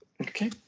Okay